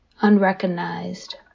unrecognized